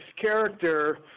character